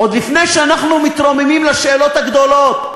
עוד לפני שאנחנו מתרוממים לשאלות הגדולות,